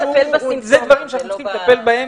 אבל אלה דברים שאנחנו צריכים לטפל בהם